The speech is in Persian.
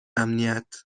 امنیت